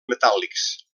metàl·lics